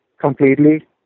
completely